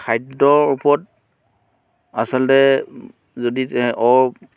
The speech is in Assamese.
খাদ্যৰ ওপৰত আচলতে যদি অ'